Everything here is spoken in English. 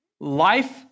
life